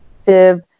active